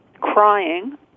crying